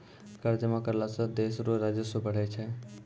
कर जमा करला सं देस रो राजस्व बढ़ै छै